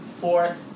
fourth